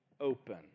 open